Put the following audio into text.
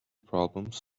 problems